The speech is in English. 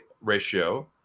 ratio